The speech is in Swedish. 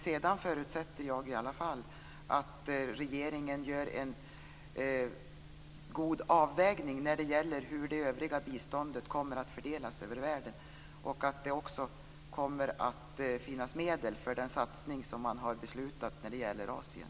Sedan förutsätter jag i alla fall att regeringen gör en god avvägning när det gäller hur det övriga biståndet kommer att fördelas över världen. Jag förutsätter också att det kommer att finnas medel för den satsning som man har beslutat när det gäller Asien.